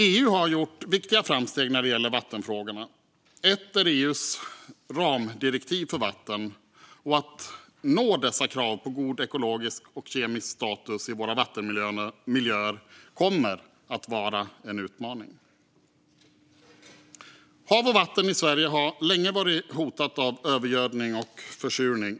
EU har gjort viktiga framsteg när det gäller vattenfrågorna, till exempel EU:s ramdirektiv för vatten. Att nå dessa krav på god ekologisk och kemisk status i våra vattenmiljöer kommer att vara en utmaning. Hav och vatten i Sverige har länge varit hotade av övergödning och försurning.